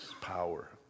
power